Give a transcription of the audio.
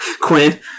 Quinn